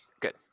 good